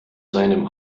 seinem